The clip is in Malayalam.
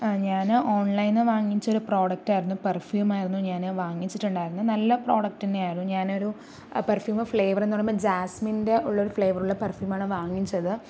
ഞാന് ഓൺലൈനിൽ നിന്ന് വാങ്ങിച്ചൊരു പ്രോഡക്റ്റായിരുന്നു പെർഫ്യുമായിരുന്നു ഞാന് വാങ്ങിച്ചിട്ടുണ്ടായിരുന്നത് നല്ല പ്രോഡക്ട്ട് തന്നെയായിരുന്നു ഞാനൊരു പെർഫ്യൂമ് ഫ്ലേവറുന്നു പറയുമ്പോൾ ജാസ്മിൻ്റെ ഉള്ളൊരു ഫ്ലേവറുള്ള പെർഫ്യൂമാണ് വാങ്ങിച്ചത്